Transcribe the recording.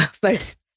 first